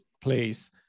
place